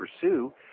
pursue